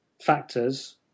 factors